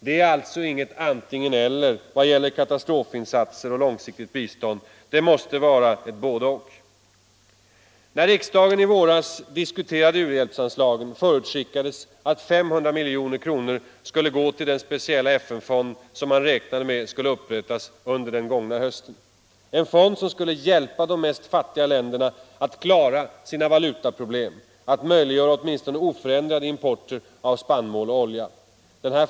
Det är alltså inget antingen-eller vad gäller katastrofinsatser och långsiktigt bistånd. Det måste vara ett både-och! När riksdagen i våras diskuterade u-hjälpsanslagen, förutskickades att 500 miljoner kronor skulle gå till den speciella FN-fond som man räknade med skulle upprättas under den gångna hösten, en fond som skulle hjälpa de mest fattiga länderna att klara sina valutaproblem och möjliggöra åtminstone oförändrad import av spannmål och olja.